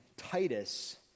Titus